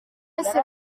yose